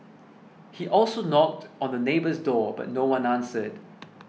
he also knocked on the neighbour's door but no one answered